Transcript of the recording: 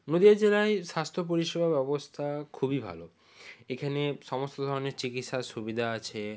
নদীয়া জেলায় স্বাস্থ্য পরিষেবা ব্যবস্থা খুবই ভালো এখানে সমস্ত ধরনের চিকিৎসার সুবিধা আছে